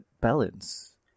balance